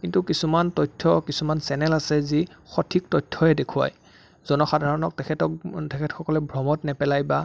কিন্তু কিছুমান তথ্য কিছুমান চেনেল আছে যি সঠিক তথ্যহে দেখুৱাই জনসাধাৰণক তেখেতক তেখেতসকলে ভ্ৰমত নেপেলায় বা